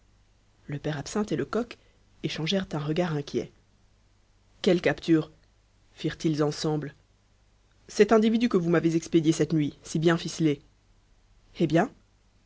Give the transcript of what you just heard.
le père absinthe et lecoq échangèrent un regard inquiet quelle capture firent-ils ensemble cet individu que vous m'avez expédié cette nuit si bien ficelé eh bien